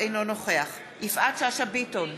אינו נוכח יפעת שאשא ביטון,